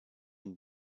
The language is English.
and